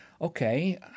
okay